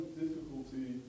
difficulty